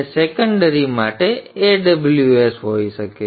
secondary વાયરના cross સેક્શનના area માટે Aww અને વાયર આવે છે